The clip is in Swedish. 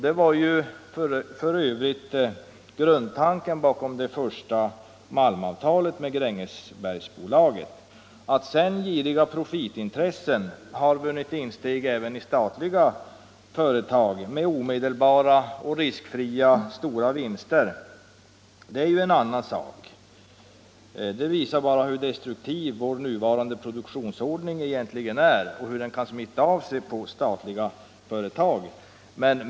Det var f. ö. tanken bakom det första malmavtalet med Grängesbergsbolaget. Att sedan giriga profitintressen vunnit insteg även i statliga företag med omedelbara och riskfria, stora vinster är en annan sak. Det visar bara hur destruktiv vår nuvarande produktionsordning egentligen är och att den andan kan smitta av sig på statliga företag.